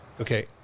Okay